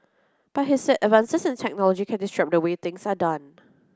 but he said advances in technology can disrupt the way things are done